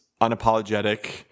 unapologetic